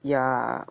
ya